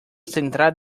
central